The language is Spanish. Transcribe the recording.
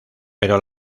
pero